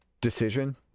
decision